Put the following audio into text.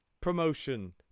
promotion